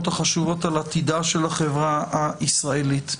החשובות על עתידה של החברה הישראלית.